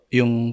yung